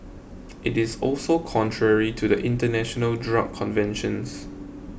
it is also contrary to the international drug conventions